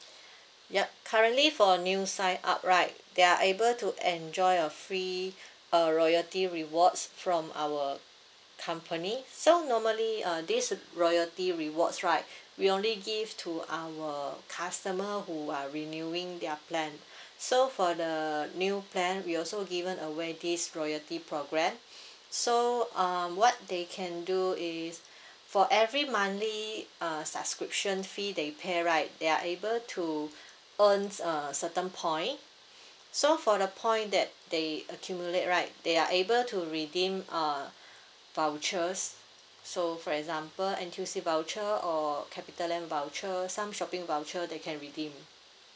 yup currently for a new sign up right they are able to enjoy a free uh royalty rewards from our company so normally uh this royalty rewards right we only give to our customer who are renewing their plan so for the new plan we also given away this royalty program so uh what they can do is for every monthly uh subscription fee they pay right they are able to earn uh certain point so for the point that they accumulate right they are able to redeem uh vouchers so for example N_T_U_C voucher or capitaland voucher some shopping voucher that can redeem